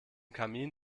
kamin